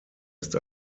ist